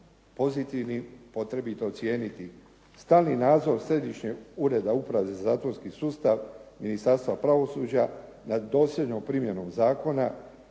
pozitivnim potrebito ocijeniti stalni nadzor Središnjeg ureda uprave za zatvorski sustav Ministarstva pravosuđa nad dosljednom primjenom zakona